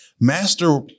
master